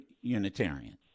Unitarian